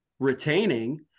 retaining